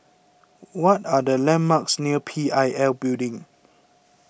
what are the landmarks near P I L Building